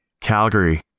Calgary